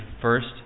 first